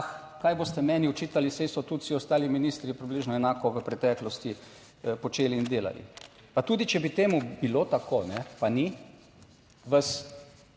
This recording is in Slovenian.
kaj boste meni očitali, saj so tudi vsi ostali ministri približno enako v preteklosti počeli in delali". Pa tudi če bi temu bilo tako pa ni. Vas